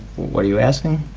what are you asking?